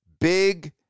big